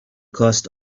cost